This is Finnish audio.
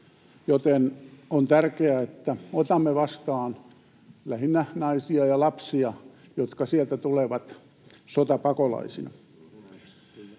joten on tärkeää, että otamme vastaan lähinnä naisia ja lapsia, jotka sieltä tulevat sotapakolaisina.